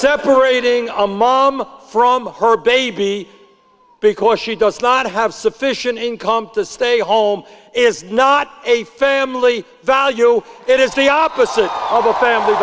separating a mom from her baby because she does not have sufficient income to stay home is not a family value it is the opposite of the family